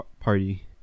Party